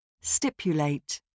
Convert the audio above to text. Stipulate